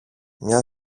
μια